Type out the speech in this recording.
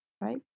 right